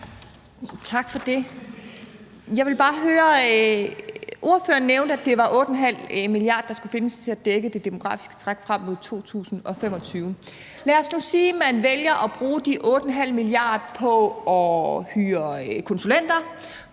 Tak for det. Ordføreren nævnte, at det var 8,5 mia. kr., der skulle findes for at dække det demografiske træk frem mod 2025. Lad os nu sige, at man vælger at bruge de 8,5 mia. kr. på at hyre konsulenter,